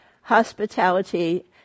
hospitality